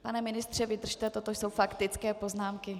Pane ministře, vydržte, toto jsou faktické poznámky.